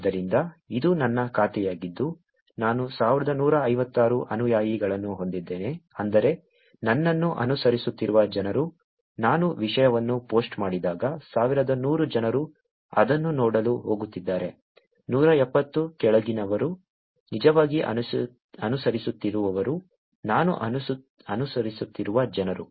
ಆದ್ದರಿಂದ ಇದು ನನ್ನ ಖಾತೆಯಾಗಿದ್ದು ನಾನು 1156 ಅನುಯಾಯಿಗಳನ್ನು ಹೊಂದಿದ್ದೇನೆ ಅಂದರೆ ನನ್ನನ್ನು ಅನುಸರಿಸುತ್ತಿರುವ ಜನರು ನಾನು ವಿಷಯವನ್ನು ಪೋಸ್ಟ್ ಮಾಡಿದಾಗ 1100 ಜನರು ಅದನ್ನು ನೋಡಲು ಹೋಗುತ್ತಿದ್ದಾರೆ 176 ಕೆಳಗಿನವರು ನಿಜವಾಗಿ ಅನುಸರಿಸುತ್ತಿರುವವರು ನಾನು ಅನುಸರಿಸುತ್ತಿರುವ ಜನರು